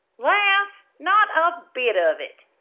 laugh? not a bit of it!